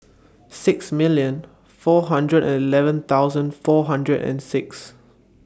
six million four hundred and eleven thousand four hundred and six